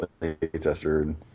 playtester